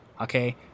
Okay